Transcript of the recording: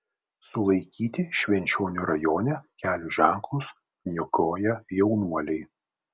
sulaikyti švenčionių rajone kelio ženklus niokoję jaunuoliai